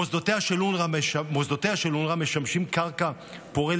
מוסדותיה של אונר"א משמשים קרקע פורייה